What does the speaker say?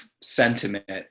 sentiment